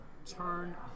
turn